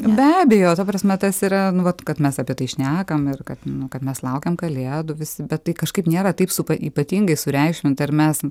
be abejo ta prasme tas yra nu vat kad mes apie tai šnekam ir kad nu kad mes laukiam kalėdų visi bet tai kažkaip nėra taip supa ypatingai sureikšminta ir mes